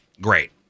great